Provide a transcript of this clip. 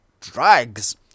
drags